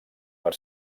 per